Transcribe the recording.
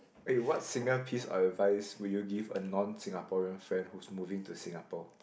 eh what single piece of advice will you give a non Singaporean friend who's moving to Singapore